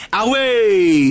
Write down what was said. away